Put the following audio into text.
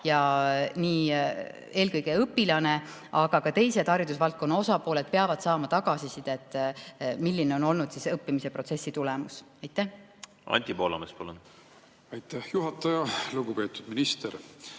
osa. Eelkõige õpilane, aga ka teised haridusvaldkonna osapooled peavad saama tagasisidet, milline on olnud õppimisprotsessi tulemus. Anti Poolamets, palun! Aitäh, juhataja! Lugupeetud minister!